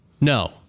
No